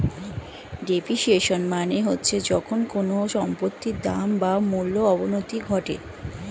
depreciation মানে হচ্ছে যখন কোনো সম্পত্তির দাম বা মূল্যর অবনতি ঘটে